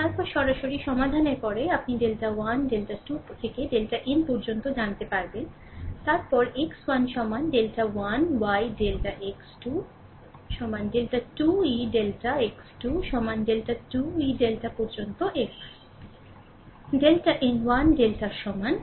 তারপরে সরাসরি সমাধানের পরে আপনি ডেল্টা 1 ডেল্টা 2 পর্যন্ত ডেল্টা n জানা যাবে তারপর x 1 সমান ডেল্টা 1 y ডেল্টা x 2 সমান ডেল্টা 2 ই ডেল্টা x 2 সমান ডেল্টা 2 ই ডেল্টা পর্যন্ত xl ডেল্টা n1 ডেল্টার সমান